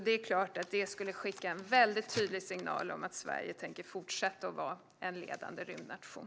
Det är klart att det skulle skicka en tydlig signal om att Sverige tänker fortsätta att vara en ledande rymdnation.